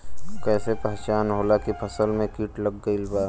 कैसे पहचान होला की फसल में कीट लग गईल बा?